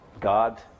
God